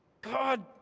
God